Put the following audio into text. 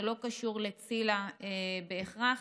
זה לא קשור לציל"ה בהכרח